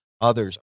others